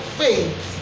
faith